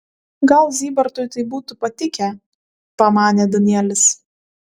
gal zybartui tai būtų patikę pamanė danielis